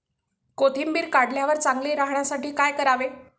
कोथिंबीर काढल्यावर चांगली राहण्यासाठी काय करावे?